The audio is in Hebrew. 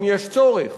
אם יש צורך,